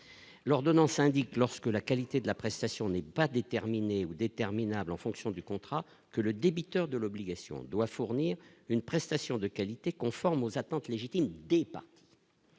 l'ordonnance indique lorsque la qualité de la prestation n'est pas déterminée ou déterminé à blanc, fonction du contrat que le débiteur de l'obligation doit fournir une prestation de qualité conformes aux attentes légitimes des pas,